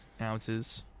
ounces